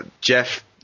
Jeff